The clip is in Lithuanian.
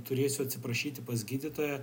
turėsiu atsiprašyti pas gydytoją